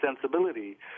sensibility